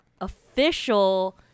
official